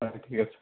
হয় ঠিক আছে